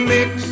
Mix